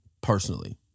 personally